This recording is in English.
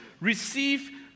receive